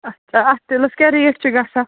اَچھا اَتھ تِلَس کیٛاہ ریٹ چھِ گژھان